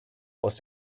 aus